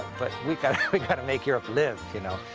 but we've got we've got to make europe live, you know?